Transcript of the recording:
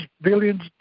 billions